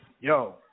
yo